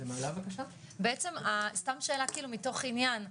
בעצם סתם שאלה מתוך עניין,